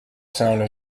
sounds